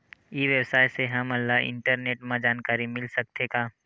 ई व्यवसाय से हमन ला इंटरनेट मा जानकारी मिल सकथे का?